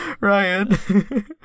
Ryan